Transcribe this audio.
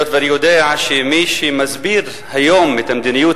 היות שאני יודע שמי שמסדיר היום את מדיניות